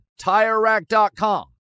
TireRack.com